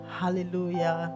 hallelujah